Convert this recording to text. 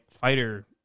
fighter